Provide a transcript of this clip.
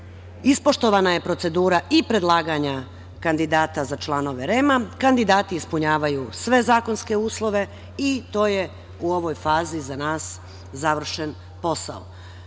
ispoštovana je procedura i predlaganja kandidata za članove REM-a, kandidati ispunjavaju sve zakonske uslove i to je u ovoj fazi za nas završen posao.